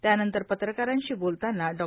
त्यानंतर पत्रकारांशी बोलतांना ॉ